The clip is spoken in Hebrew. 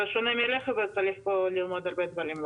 זה שונה מרכב אז צריך פה למנות הרבה דברים,